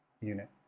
unit